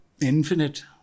Infinite